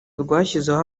rwashyizeho